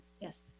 yes